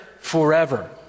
forever